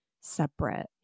separate